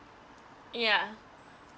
yeah